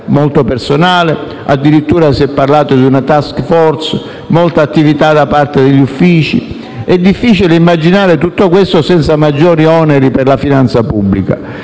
molto personale - addirittura si è parlato di una *task force -* e molta attività da parte degli uffici. È difficile immaginare tutto questo senza maggiori oneri per la finanza pubblica